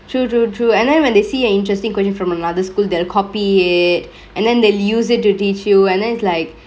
true true true and then when they see an interestingk question from another school they will copy it and then they use it to teach you and then it's like